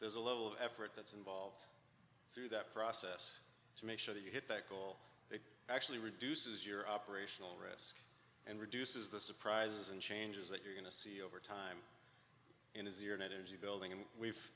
there's a level of effort that's involved through that process to make sure that you hit that goal it actually reduces your operational risk and reduces the surprises and changes that you're going to see over time in his ear and energy building and we've